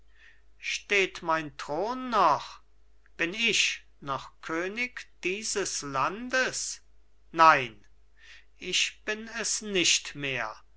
steht mein thron noch bin ich noch könig dieses landes nein ich bin es nicht mehr